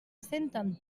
senten